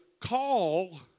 call